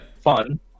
fun